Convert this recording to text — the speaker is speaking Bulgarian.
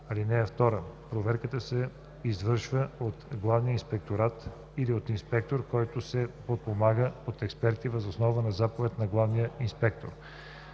(2) Проверката се извършва от главния инспектор или от инспектор, който се подпомага от експерти, въз основа на заповед на главния инспектор.“